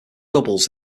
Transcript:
doubles